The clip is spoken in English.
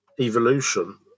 evolution